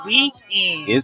Weekend